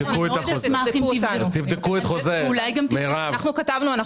אנחנו כתבנו.